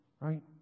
right